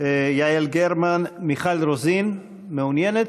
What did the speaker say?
יעל גרמן, מיכל רוזין, מעוניינת?